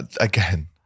again